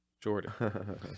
Jordan